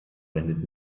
wendet